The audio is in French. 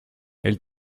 elle